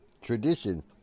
tradition